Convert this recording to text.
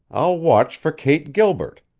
i'll watch for kate gilbert,